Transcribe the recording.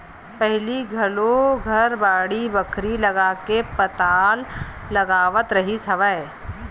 पहिली घरो घर बाड़ी बखरी लगाके पताल लगावत रिहिस हवय